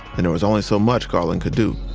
and there was only so much garland could do